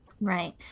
Right